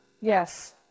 Yes